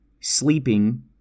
sleeping